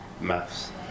Maths